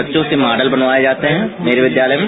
बच्चों से मॉडल बनवाए जाते हैं मेरे विद्यालय में